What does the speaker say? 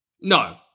no